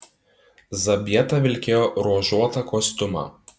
zabieta vilkėjo ruožuotą kostiumą